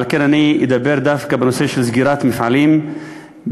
על כן אני אדבר דווקא בנושא של סגירת מפעלים בפריפריה